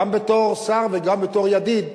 גם בתור שר וגם בתור ידיד,